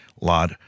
lot